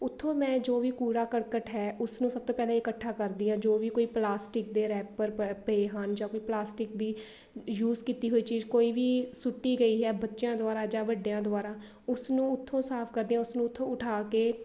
ਉੱਥੋਂ ਮੈਂ ਜੋ ਵੀ ਕੂੜਾ ਕਰਕਟ ਹੈ ਉਸਨੂੰ ਸਭ ਤੋਂ ਪਹਿਲਾਂ ਇਕੱਠਾ ਕਰਦੀ ਹਾਂ ਜੋ ਵੀ ਕੋਈ ਪਲਾਸਟਿਕ ਦੇ ਰੈਪਰ ਪ ਪਏ ਹਨ ਜਾਂ ਕੋਈ ਪਲਾਸਟਿਕ ਦੀ ਯੂਜ਼ ਕੀਤੀ ਹੋਈ ਚੀਜ਼ ਕੋਈ ਵੀ ਸੁੱਟੀ ਗਈ ਹੈ ਬੱਚਿਆਂ ਦੁਆਰਾ ਜਾਂ ਵੱਡਿਆਂ ਦੁਆਰਾ ਉਸਨੂੰ ਉੱਥੋਂ ਸਾਫ਼ ਕਰਦੀ ਹਾਂ ਉਸਨੂੰ ਉੱਥੋਂ ਉਠਾ ਕੇ